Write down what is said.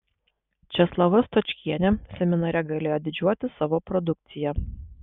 česlava stočkienė seminare galėjo didžiuotis savo produkcija